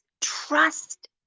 trust